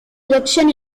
election